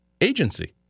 agency